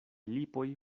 lipoj